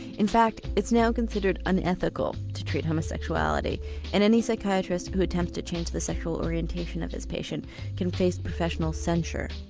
in fact it's now considered unethical to treat homosexuality and any psychiatrist who attempts to change the sexual orientation of his patient can face professional censure.